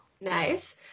Nice